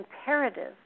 imperative